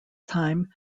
time